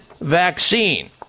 vaccine